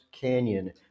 canyon